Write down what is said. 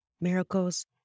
miracles